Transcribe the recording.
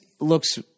looks